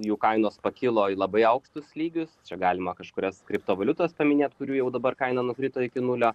jų kainos pakilo į labai aukštus lygius čia galima kažkurias kriptovaliutas paminėt kurių jau dabar kaina nukrito iki nulio